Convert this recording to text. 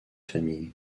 famille